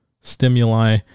stimuli